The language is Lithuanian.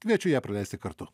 kviečiu ją praleisti kartu